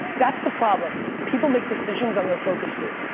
that's the problem. people make decisions on their focus group.